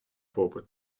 попит